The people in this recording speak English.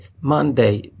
Monday